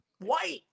white